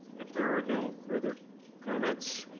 if there are no further comments,